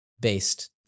based